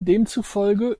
demzufolge